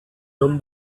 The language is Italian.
non